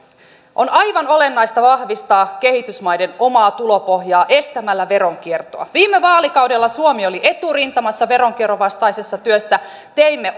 on aivan olennaista vahvistaa kehitysmaiden omaa tulopohjaa estämällä veronkiertoa viime vaalikaudella suomi oli eturintamassa veronkierron vastaisessa työssä teimme